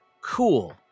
cool